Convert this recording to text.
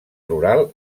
rural